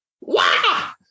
Wow